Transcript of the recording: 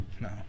no